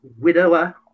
widower